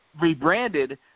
rebranded